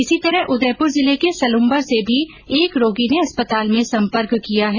इसी तरह उदयपुर जिले के सलुंबर से भी एक रोगी ने अस्पताल में सम्पर्क किया है